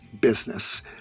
business